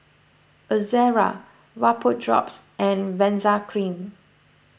Ezerra Vapodrops and Benzac Cream